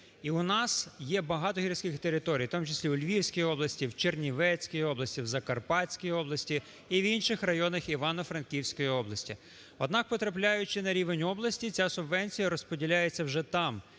і у нас є багато гірських територій, в тому числі у Львівській області, в Чернівецькій області, в Закарпатській області і в інших районах Івано-Франківської області. Однак, потрапляючи на рівень області, ця субвенція розподіляється вже там